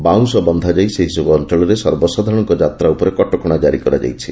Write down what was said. ବାଉଁଶ ବନ୍ଧାଯାଇ ସେହିସବୁ ଅଞ୍ଞଳରେ ସର୍ବସାଧାରଣଙ୍କ ଯାତ୍ରା ଉପରେ କଟକଶା ଜାରି କରାଯାଇଛି